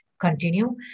continue